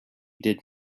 did